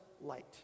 light